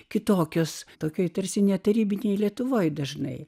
kitokios tokioje tarsi ne tarybinėje lietuvoje dažnai